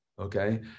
okay